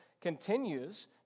continues